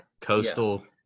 coastal